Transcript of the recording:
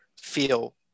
feel